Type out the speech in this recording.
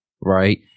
right